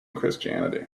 christianity